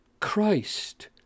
Christ